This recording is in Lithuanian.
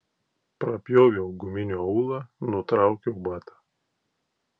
prapjoviau guminio aulą nutraukiau batą